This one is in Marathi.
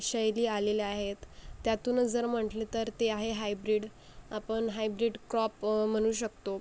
शैली आलेल्या आहेत त्यातूनच जर म्हटलं तर ते आहे हायब्रीड आपण हायब्रीड क्रॉप म्हणू शकतो